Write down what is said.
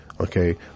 Okay